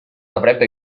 avrebbe